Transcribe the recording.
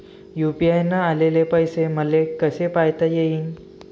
UPI न आलेले पैसे मले कसे पायता येईन?